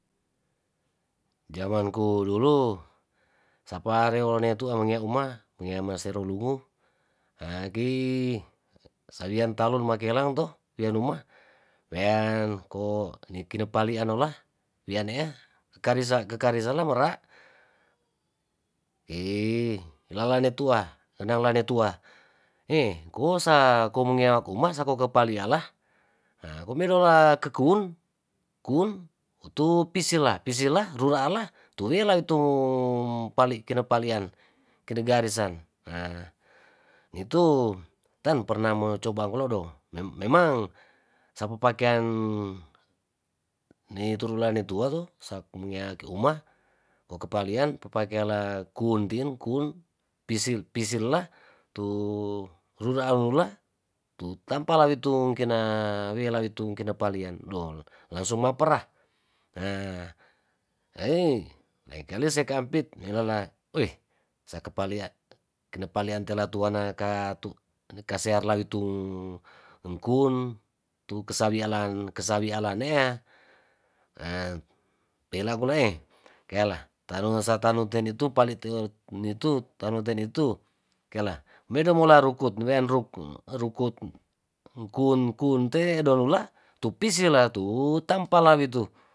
jamanku dulu sapa ore one tu amange uma pengeama aserulungu aki sawian talung makelang to lianuma wean ko nikie pali anola wianea kakarize kakarize la mera' i lalane tua lenangla le tua hee kosa komungewa kuma sako kepaliala haa komedola kekuwun kuwun utu pisila pisila ruraala tuwela itu pali kine palian kinegarisan haa nitu tan perna mocoba kolo do me memang sapa pakean ni turula nitua to sak mangea ku uma ko ke palian papakiala kuntin kun pisil pisila tu ruraan lula tu tampana witu kina wela wi tungkina palian dol langsung mapera haa leikali seka ampit nilola weih sakepalela kine palian telatuana katu kasear lawitung ngkun tu kesawialan kesawialan neaa ahh pela kunae keala tano satanu teni tu pali te palu teoni tu tanoteni tu keala medomularukut nowean ruk rukut kun kun te donula tu pisil la tu tampalawitu.